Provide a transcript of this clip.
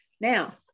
Now